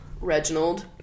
Reginald